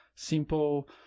simple